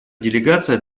делегация